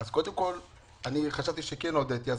אז קודם כול, חשבתי שכן הודיתי.